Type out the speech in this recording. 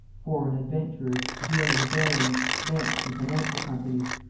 foreign adventurers, german barons, banks and financial companies.